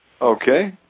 Okay